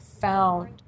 found